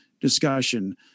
discussion